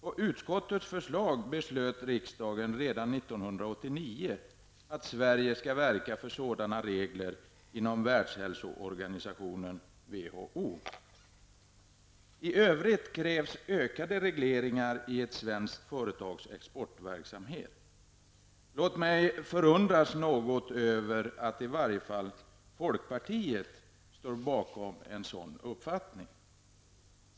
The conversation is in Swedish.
På utskottets förslag beslöt riksdagen redan 1989 att Sverige skall verka för sådana regler inom I övrigt krävs ökade regleringar i ett svenskt företags exportverksamhet. Låt mig förundras något över att i varje fall folkpartiet står bakom en sådan uppfattning.